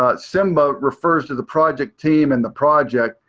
ah simba refers to the project team and the project,